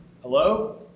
Hello